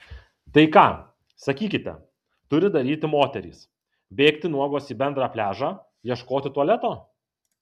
tai ką sakykite turi daryti moterys bėgti nuogos į bendrą pliažą ieškoti tualeto